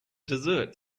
dessert